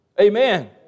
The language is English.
Amen